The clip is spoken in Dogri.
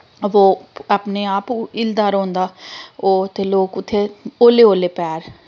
अवा ओह् अपने आप हिलदा रौंह्दा ओह् ते लोक उत्थें हौले हौले पैर